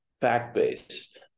fact-based